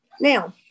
Now